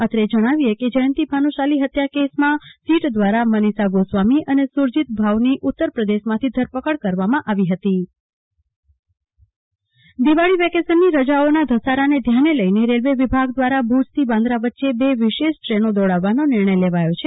અત્રે જણાવીએ કે જયંતીભાઈ ભાનુ શાલી હત્યાકેસમાં સીટ દ્રારા મનીષા ગોસ્વામી અને સુ રજીત ભાઉની ઉત્તર પ્રદેશમાંથી ધરપકડ કરવામાં આવી છે કલ્પના શાહ્ વિશેષ ટ્રેનો દિવાળી વેકેશનની રજાઓના ધસારાને ધ્યાને લઈને રેલ્વે વિભાગ દ્રારા ભુજ થી બાન્દ્રા વચ્ચે બે વિશેષ દ્રેનો દોડાવવાનો નિર્ણય લેવાયો છે